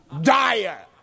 dire